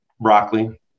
broccoli